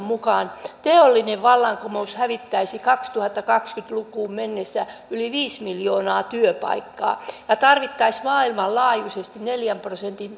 mukaan teollinen vallankumous hävittäisi kaksituhattakaksikymmentä lukuun mennessä yli viisi miljoonaa työpaikkaa ja tarvittaisiin maailmanlaajuisesti neljän prosentin